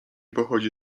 pochodzi